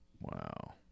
wow